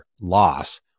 loss